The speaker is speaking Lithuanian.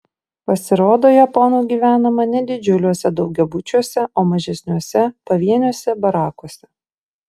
pasirodo japonų gyvenama ne didžiuliuose daugiabučiuose o mažesniuose pavieniuose barakuose